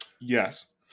Yes